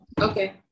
Okay